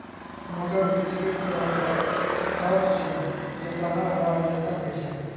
मटर बींस एक तरहो के फर छै जे गहरा हरा रंगो के होय छै